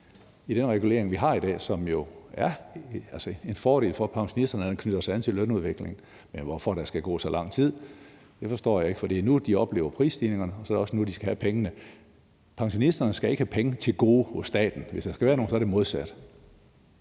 i den regulering, vi har i dag, som jo er en fordel for pensionisterne, da den knytter sig til lønudviklingen. Men hvorfor der skal gå så lang tid, forstår jeg ikke, for det er nu, de oplever prisstigningerne, og så er det også nu, de skal have pengene. Pensionisterne skal ikke have penge til gode hos staten. Hvis der skal være nogen, der har